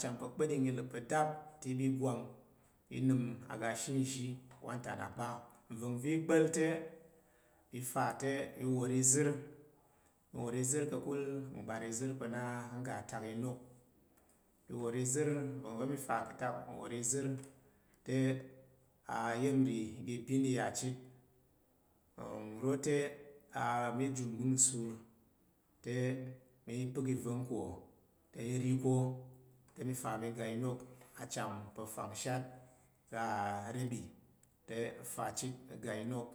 Acham pa̱ kpəɗing i la̱p pa̱ ɗa̱p te i bi gwang i nəm aga ashe nzhi wantana kpa nvəng va̱ i gba̱l te mi fa te mi wor izər mi wor izər ka̱kul ngbar izər pa̱ na ngga atak inok mi wor izər nvəng va̱ mi fa ka̱ tak nwor izər te a iya̱m nri igi ipin i ya chit nro te a mi jum mma̱ng nsur te mi pak ivong ko mi ri ko te mi fa mi ga inok acham pa̱ fangshat ka arebi te nfa chit mi ga inok